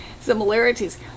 similarities